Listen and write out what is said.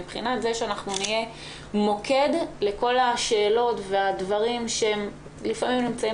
מבחינת זה שאנחנו נהיה מוקד לכל השאלות והדברים שהם לפעמים נמצאים